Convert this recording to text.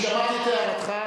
אני שמעתי את הערתך,